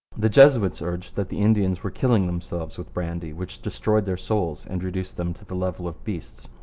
the jesuits urged that the indians were killing themselves with brandy, which destroyed their souls and reduced them to the level of beasts.